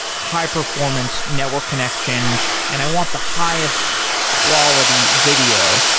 high performance network connection and i want the highest quality video,